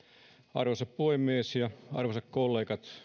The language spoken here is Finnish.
arvoisa puhemies ja arvoisat kollegat